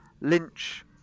Lynch